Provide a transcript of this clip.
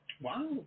Wow